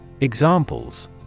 Examples